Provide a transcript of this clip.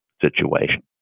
situation